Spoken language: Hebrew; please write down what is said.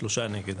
3 נמנעים,